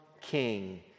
king